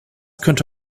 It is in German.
könnte